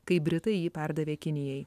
kai britai jį perdavė kinijai